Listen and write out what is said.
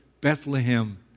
Bethlehem